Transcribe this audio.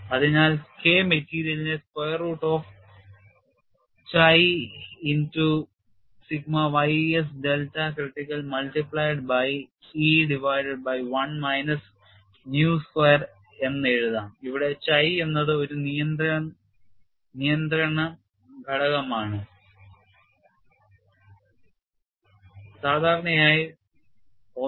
അതിനാൽ കെ മെറ്റീരിയലിനെ square root of chi into sigma ys delta critical multiplied by E divided by 1 minus nyu square എന്ന് എഴുതാം ഇവിടെ chi എന്നത് ഒരു നിയന്ത്രണ ഘടകമാണ് സാധാരണയായി 1